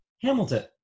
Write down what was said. hamilton